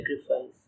sacrifice